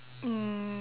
mm